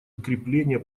укрепления